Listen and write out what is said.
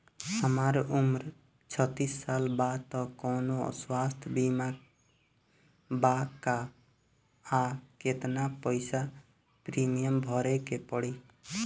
हमार उम्र छत्तिस साल बा त कौनों स्वास्थ्य बीमा बा का आ केतना पईसा प्रीमियम भरे के पड़ी?